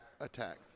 attack